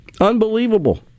Unbelievable